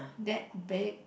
that big